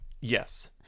Yes